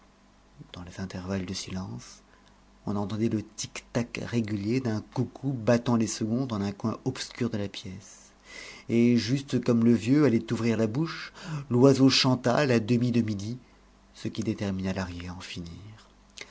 dans les intervalles de silence on entendait le tic-tac régulier d'un coucou battant les secondes en un coin obscur de la pièce et juste comme le vieux allait ouvrir la bouche l'oiseau chanta la demie de midi ce qui détermina lahrier à en finir